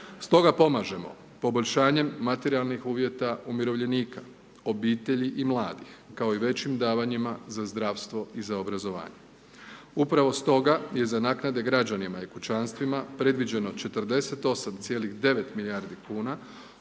Stoga pomažemo poboljšanjem materijalnih uvjeta umirovljenika, obitelji i mladih kao i većim davanjima za zdravstvo i za obrazovanje. Upravo stoga je za naknade građanima i kućanstvima predviđeno 49,9 milijardi kuna